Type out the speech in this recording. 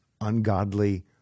ungodly